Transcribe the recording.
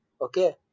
okay